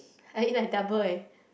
I eat like double eh